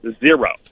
Zero